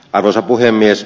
arvoisa puhemies